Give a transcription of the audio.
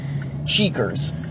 Cheekers